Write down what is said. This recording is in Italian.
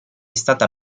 stata